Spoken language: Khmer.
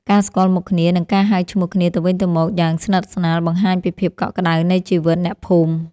ការស្គាល់មុខគ្នា និងការហៅឈ្មោះគ្នាទៅវិញទៅមកយ៉ាងស្និទ្ធស្នាលបង្ហាញពីភាពកក់ក្ដៅនៃជីវិតអ្នកភូមិ។